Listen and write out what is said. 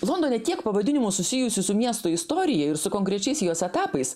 londone tiek pavadinimų susijusių su miesto istorija ir su konkrečiais jos etapais